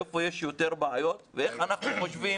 איפה יש יותר בעיות ואיך אנחנו חושבים